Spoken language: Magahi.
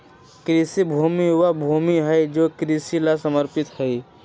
कृषि भूमि वह भूमि हई जो कृषि ला समर्पित हई